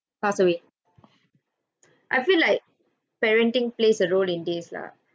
passed away I feel like parenting plays a role in this lah